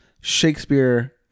Shakespeare